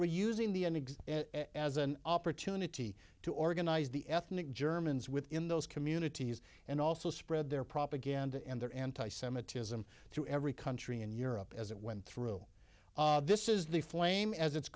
were using the n exe as an opportunity to organize the ethnic germans within those communities and also spread their propaganda and their anti semitism through every country in europe as it went through this is the flame as it's